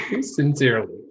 Sincerely